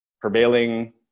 prevailing